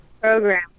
program